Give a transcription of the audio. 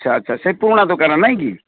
ଆଚ୍ଛା ଆଚ୍ଛା ସେ ପୁରୁଣା ଦୋକାନ ନାଇଁଁକି